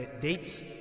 dates